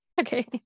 okay